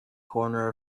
corner